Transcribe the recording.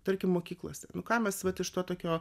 tarkim mokyklos nu ką mes vat iš to tokio